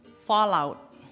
fallout